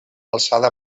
alçada